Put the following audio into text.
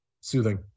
Soothing